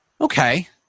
Okay